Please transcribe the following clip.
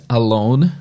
alone